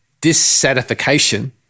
dissatisfaction